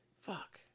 Fuck